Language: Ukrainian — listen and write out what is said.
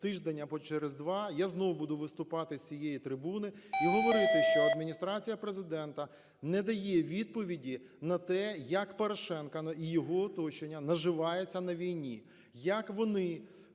тиждень або через два я знову буду виступати з цієї трибуни і говорити, що Адміністрація Президента не дає відповіді на те, як Порошенко і його оточення наживається на війні,